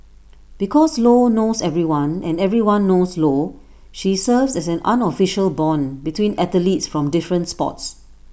because lo knows everyone and everyone knows lo she serves as an unofficial Bond between athletes from different sports